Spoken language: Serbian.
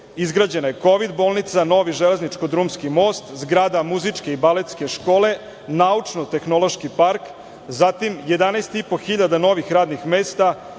izgrađena je kovid bolnica, novi železničko-drumski most, zgrada muzičke i baletske škole, naučno-tehnološki park, zatim 11,5 hiljada novih radnih mesta,